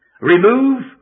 Remove